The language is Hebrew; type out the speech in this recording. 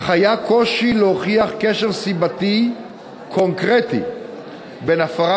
אך היה קושי להוכיח קשר סיבתי קונקרטי בין הפרת